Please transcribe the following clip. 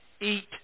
eat